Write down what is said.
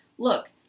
Look